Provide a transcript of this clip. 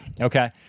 Okay